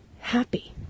happy